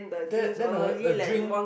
that then the the drink